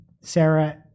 Sarah